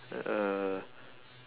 uh